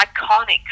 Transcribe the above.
iconic